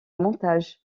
montage